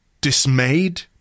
dismayed